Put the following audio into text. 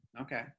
Okay